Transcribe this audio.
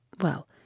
Well